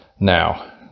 Now